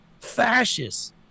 Fascists